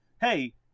hey